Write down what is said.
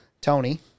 Tony